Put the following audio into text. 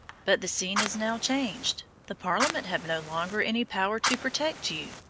but the scene is now changed. the parliament have no longer any power to protect you.